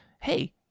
hey